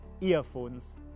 earphones